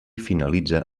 finalitza